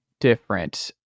different